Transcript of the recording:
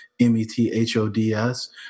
m-e-t-h-o-d-s